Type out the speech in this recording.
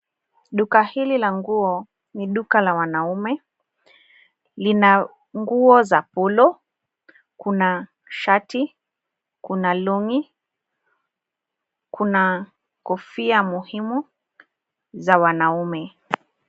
Duka hili la nguo ni duka la wanaume, lina nguo za polo, kuna shati, kuna long ,kuna kofia muhimu za wanaume.